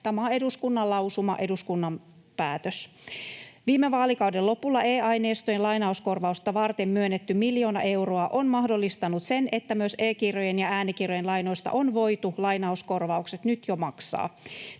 tämä on eduskunnan lausuma, eduskunnan päätös. Viime vaalikauden lopulla e-aineistojen lainauskorvausta varten myönnetty miljoona euroa on mahdollistanut sen, että myös e-kirjojen ja äänikirjojen lainoista on voitu maksaa lainauskorvaukset jo nyt.